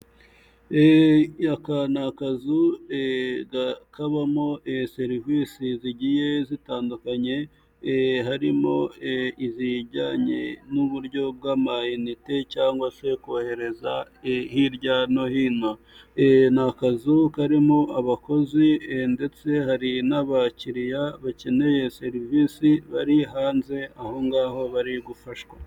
Aka ni akazu igakabamo serivisi zigiye zitandukanye, harimo izijyanye n'uburyo bw'amayinite cyangwa se kohereza hirya no hino. Ni akazu karimo abakozi ndetse hari n'abakiriya bakeneye serivisi bari hanze aho ngaho bari gufashwa.